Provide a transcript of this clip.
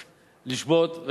לשבות,